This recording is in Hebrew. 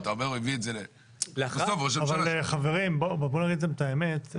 אבל חברים, בואו נגיד את האמת.